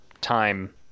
time